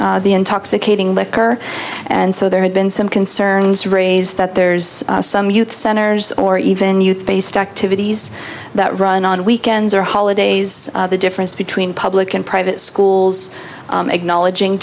is intoxicating liquor and so there had been some concerns raised that there's some youth centers or even youth based activities that run on weekends or holidays the difference between public and private schools acknowledging